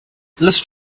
list